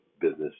business